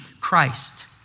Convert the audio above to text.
Christ